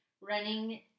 running